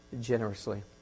generously